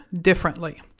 differently